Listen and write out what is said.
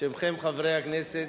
בשמכם חברי הכנסת.